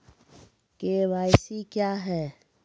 KYC क्या हैं?